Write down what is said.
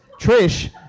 Trish